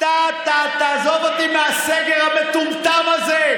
תעזוב אותי מהסגר המטומטם הזה,